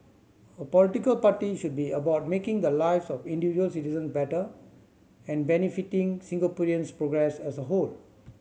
a political party should be about making the lives of individual citizen better and benefiting Singaporeans progress as a whole